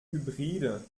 hybride